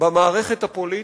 במערכת הפוליטית,